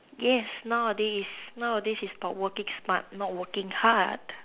yes nowadays nowadays is about working smart not working hard